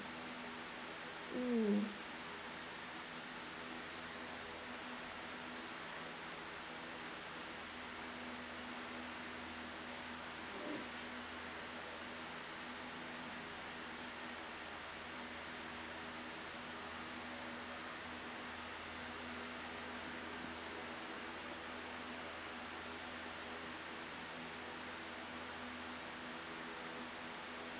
mm